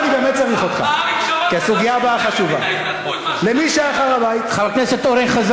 אתם מדברים על אריאל שרון.